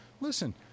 Listen